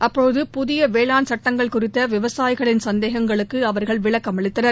அப்போது புதிய வேளாண் சட்டங்கள் குறித்த விவசாயிகளின் சந்தேகங்களுக்கு அவர்கள் விளக்கம் அளித்தனர்